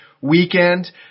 weekend